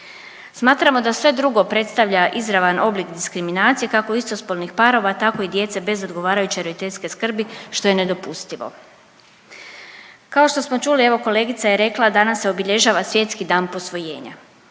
Smatramo da sve drugo predstavlja izravan oblik diskriminacije kako istospolnih parova tako i djece bez odgovarajuće roditeljski skrbi što je nedopustivo. Kao što smo čuli evo kolegica je rekla danas se obilježava Svjetski dan posvojenja,